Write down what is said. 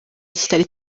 kitari